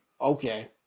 Okay